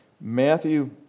Matthew